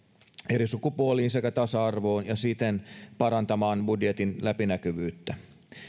eri sukupuoliin sekä tasa arvoon ja siten parantamaan budjetin läpinäkyvyyttä